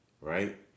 right